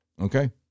Okay